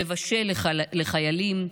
מבשל לחיילים,